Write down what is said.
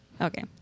Okay